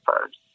first